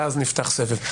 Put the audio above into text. ואז נפתח סבב.